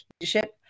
Leadership